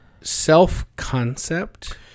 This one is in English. self-concept